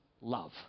love